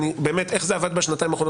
ואשמח לשמוע איך זה עבד בשנתיים האחרונות,